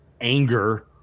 anger